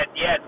Yes